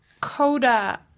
CODA